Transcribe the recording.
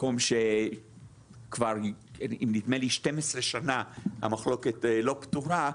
מקום שכבר נדמה לי 12 שנה המחלוקת לא פתורה,